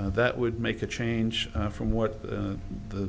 ordinance that would make a change from what the